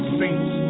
saints